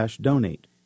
donate